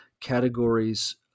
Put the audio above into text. categories